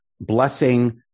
blessing